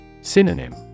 Synonym